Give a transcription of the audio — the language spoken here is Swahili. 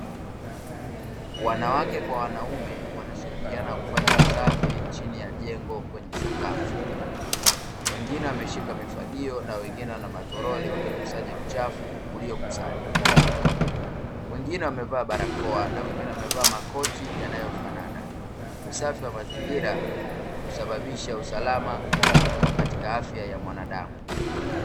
Wanawake kwa wanaume wanashirikiana kufanya usafi chini ya jengo kwenye sakafu. Wengine wameshika mifagio na wengine wana matoroli wakikusanya uchafu uliokusanywa. Wengine wamevaa barakoa na wengine wamevaa makoti yanayofanana. Usafi wa mazingira husababisha usalama katika afya ya mwanadamu .